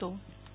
Nehal Thakkar